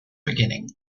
beginning